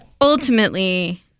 ultimately